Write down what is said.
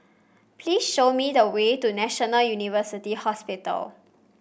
please show me the way to National University Hospital